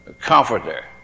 comforter